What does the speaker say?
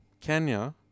Kenya